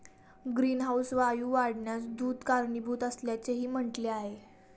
greenhouse वायू वाढण्यास दूध कारणीभूत असल्याचेही म्हटले आहे